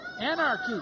Anarchy